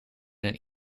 een